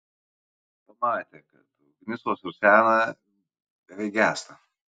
pamatė kad ugnis vos rusena beveik gęsta